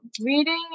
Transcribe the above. reading